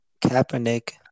Kaepernick